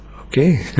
Okay